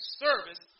service